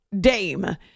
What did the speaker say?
Dame